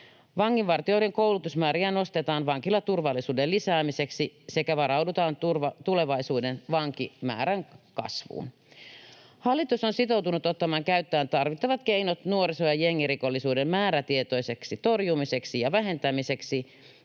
Vanginvartijoiden koulutusmääriä nostetaan vankilaturvallisuuden lisäämiseksi sekä varaudutaan tulevaisuuden vankimäärän kasvuun. Hallitus on sitoutunut ottamaan käyttöön tarvittavat keinot nuoriso- ja jengirikollisuuden määrätietoiseksi torjumiseksi ja vähentämiseksi,